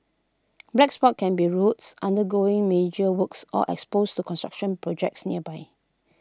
black spot can be roads undergoing major works or exposed to construction projects nearby